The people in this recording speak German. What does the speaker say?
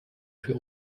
für